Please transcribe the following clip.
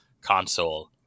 console